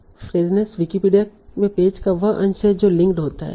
तों keyphraseness Wikipedia में page का वह अंश है जो लिंक्ड होता है